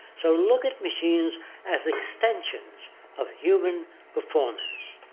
so look at machines as extensions of human performance.